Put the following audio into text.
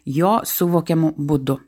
jo suvokiamu būdu